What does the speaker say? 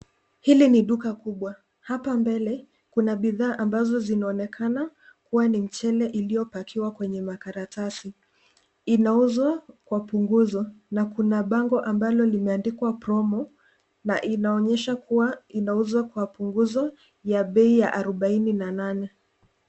Hili ni duka kubwa. Hapa mbele kuna bidhaa ambazo zinaonekana kuwa ni mchele iliyopakiwa kwenye makaratasi. Inauzwa kwa punguzo na kuna bango ambalo limeandikwa [cs[promo na inaonyesha kuwa inauzwa kwa punguzo ya bei ya 48.